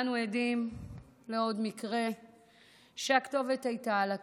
אנו עדים לעוד מקרה שבו הכתובת הייתה על הקיר.